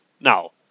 Now